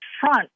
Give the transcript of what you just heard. front